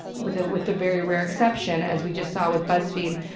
with ah with the very rare exception, as we just saw with buzzfeed.